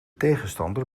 tegenstander